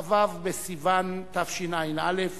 כ"ו בסיוון התשע"א,